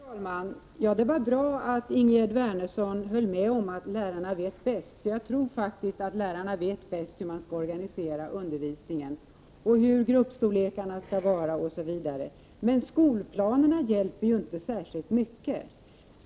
Herr talman! Det var bra att Ingegerd Wärnersson höll med om att lärarna vet bäst. Jag tror faktiskt att lärarna vet bäst hur man skall organisera undervisningen och hur gruppstorlekarna skall vara, osv. Men skolplanerna hjälper ju inte särskilt mycket.